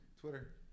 Twitter